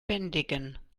bändigen